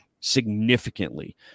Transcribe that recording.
significantly